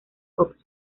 fox